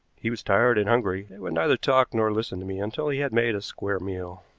he was tired and hungry, and would neither talk nor listen to me until he had made a square meal.